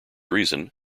reason